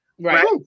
Right